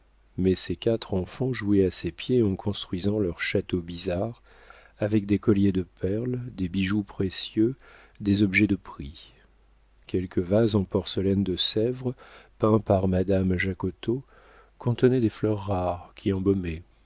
mais ses quatre enfants jouaient à ses pieds en construisant leurs châteaux bizarres avec des colliers de perles des bijoux précieux des objets de prix quelques vases en porcelaine de sèvres peints par madame jaquotot contenaient des fleurs rares qui embaumaient